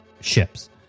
ships